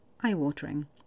eye-watering